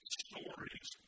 stories